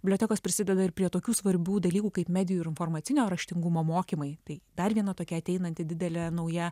bibliotekos prisideda ir prie tokių svarbių dalykų kaip medijų ir informacinio raštingumo mokymai tai dar viena tokia ateinanti didelė nauja